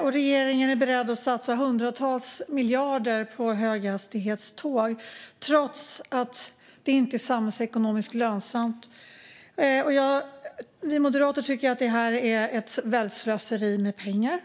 och regeringen är beredd att satsa hundratals miljarder på höghastighetståg trots att det inte är samhällsekonomiskt lönsamt. Vi moderater tycker att detta är ett väldigt slöseri med pengar.